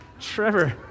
Trevor